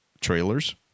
trailers